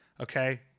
Okay